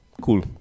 cool